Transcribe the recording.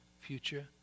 future